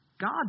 God